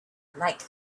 like